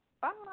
Bye